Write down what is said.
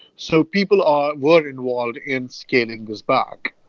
so people are were involved in scaling this back.